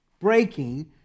breaking